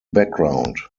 background